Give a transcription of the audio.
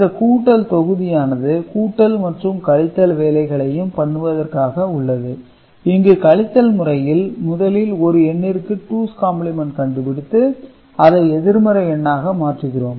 இந்த கூட்டல் தொகுதியானது கூட்டல் மற்றும் கழித்தல் வேலைகளையும் பண்ணுவதற்காக உள்ளது இங்கு கழித்தல் முறையில் முதலில் ஒரு எண்ணிற்கு டூஸ் காம்ப்ளிமென்ட் கண்டுபிடித்து அதை எதிர்மறை எண்ணாக மாற்றுகிறோம்